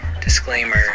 disclaimer